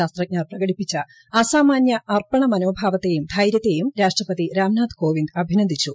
ശാസ്ത്രജ്ഞർ പ്രകടിപ്പിച്ച അസാമാന്യ അർപ്പണ മനോഭാവത്തെയും ധൈരൃത്തെയും രാഷ്ട്രപതി രാംനാഥ് കോവിന്ദ് അഭിനന്ദിച്ചു